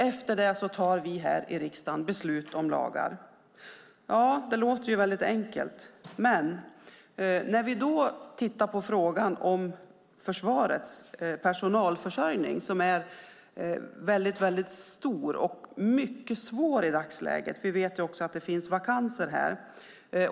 Efter det tar vi här i riksdagen beslut om lagarna. Det låter väldigt enkelt. Men så har vi frågan om försvarets personalförsörjning, som är väldigt stor och mycket svår i dagsläget - vi vet ju också att det finns vakanser här.